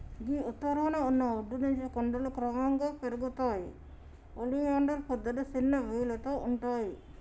గీ ఉత్తరాన ఉన్న ఒడ్డు నుంచి కొండలు క్రమంగా పెరుగుతాయి ఒలియాండర్ పొదలు సిన్న బీలతో ఉంటాయి